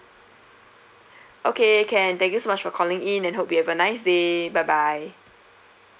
okay can thank you so much for calling in and hope you have a nice day bye bye